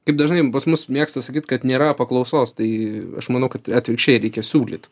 kaip dažnai pas mus mėgsta sakyt kad nėra paklausos tai aš manau kad atvirkščiai reikia siūlyt